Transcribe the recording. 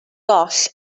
goll